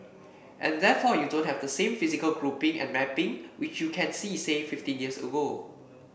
and therefore you don't have the same physical grouping and mapping which you can see say fifteen years ago